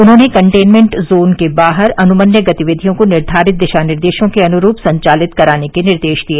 उन्होंने containment zone के बाहर अनुमन्य गतिविधियों को निर्धारित दिशा निर्देशों के अनुरूप संचालित कराने के निर्देश दिए